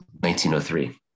1903